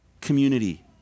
community